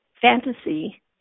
fantasy